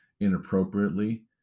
inappropriately